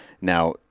Now